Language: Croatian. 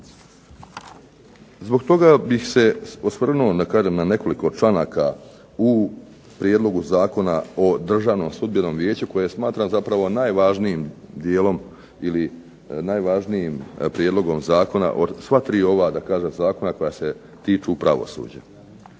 Zbog toga bih se osvrnuo da kažem na nekoliko članaka u prijedlogu Zakona o Državnom sudbenom vijeću koje smatram zapravo najvažnijim dijelom ili najvažnijim prijedlogom zakona od sva tri ova da kažem zakona koja se tiču pravosuđa.